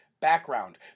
background